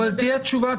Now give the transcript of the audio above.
אבל תהיה תשובה,